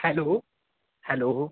hello hello